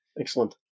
Excellent